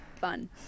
fun